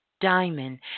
diamond